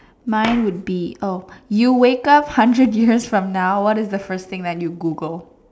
mine would be oh you wake hundred years from now what is the first thing that you Google